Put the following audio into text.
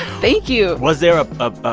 thank you was there a um ah